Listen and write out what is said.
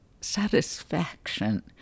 satisfaction